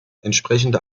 entsprechende